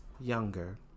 younger